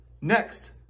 Next